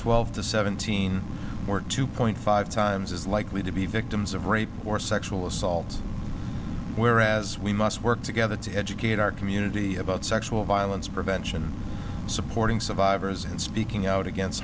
twelve to seventeen or two point five times as likely to be victims of rape or sexual assaults whereas we must work together to educate our community about sexual violence prevention supporting survivors and speaking out against